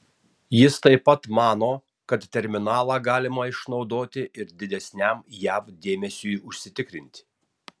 jis taip pat mano kad terminalą galima išnaudoti ir didesniam jav dėmesiui užsitikrinti